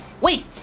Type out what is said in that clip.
Wait